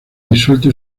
disuelto